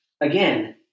again